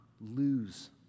lose